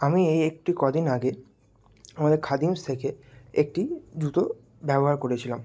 আমি এই একটু ক দিন আগে আমাদের খাদিমস থেকে একটি জুতো ব্যবহার করেছিলাম